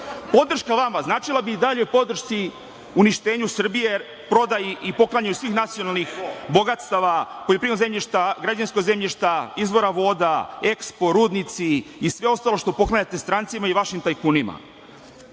vama značila bi i dalje podršci uništenju Srbije, jer prodaju i poklanjaju sva nacionalna bogatstava, poljoprivredna zemljišta, građevinska zemljišta, izvora voda, EXPO, rudnici i sve ostalo što poklanjate strancima i vašim tajkunima. Izbor